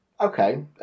okay